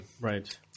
Right